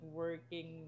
working